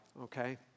okay